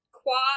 quad